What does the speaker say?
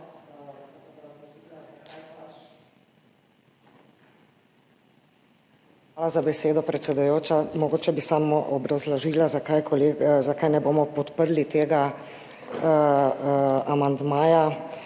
Hvala za besedo, predsedujoča. Mogoče bi samo obrazložila, zakaj ne bomo podprli tega amandmaja.